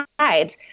sides